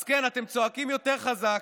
אז כן, אתם צועקים יותר חזק,